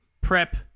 prep